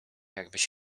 jakbyś